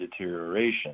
deterioration